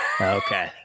Okay